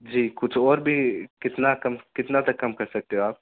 جی کچھ اور بھی کتنا کم کتنا تک کم کر سکتے ہو آپ